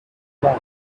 left